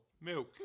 Milk